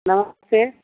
नमस्ते